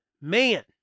Man